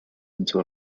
into